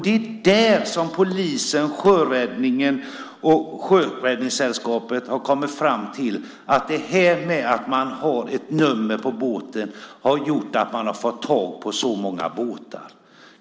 Det är där som polisen och Sjöräddningssällskapet har kommit fram till att ett nummer på båten har gjort att man har fått tag på så många båtar.